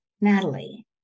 Natalie